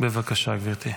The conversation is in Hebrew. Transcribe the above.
בבקשה, גברתי.